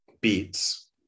Beats